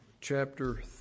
chapter